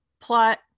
plot